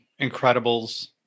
Incredibles